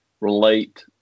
relate